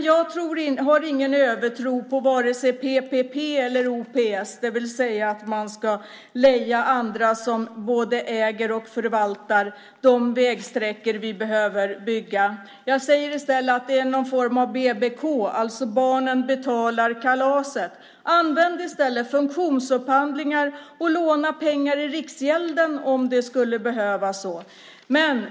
Jag har ingen övertro på vare sig PPP eller OPS, det vill säga att man ska leja andra som både äger och förvaltar de vägsträckor vi behöver bygga. Jag säger i stället att det är någon form av BBK - barnen betalar kalaset. Använd i stället funktionsupphandlingar, och låna pengar i Riksgälden om det skulle behövas!